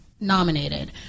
nominated